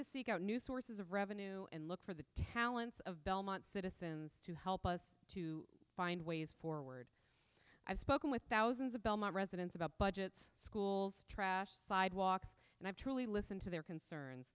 to seek out new sources of revenue and look for the talents of belmont citizens to help us to find ways forward i've spoken with thousands of belmont residents about budgets schools trash sidewalks and i've truly listen to their concerns